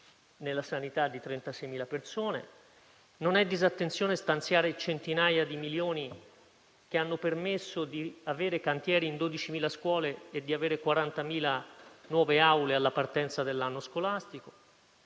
nella sanità di 36.000 unità. Non è disattenzione stanziare centinaia di milioni che hanno permesso di avere cantieri in 12.000 scuole e 40.000 nuove aule alla partenza dell'anno scolastico.